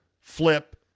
flip